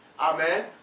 Amen